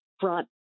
front